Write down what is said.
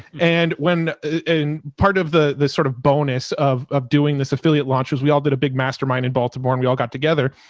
and when, and part of the, the sort of bonus of, of doing this affiliate launches, we all did a big mastermind in baltimore and we all got together.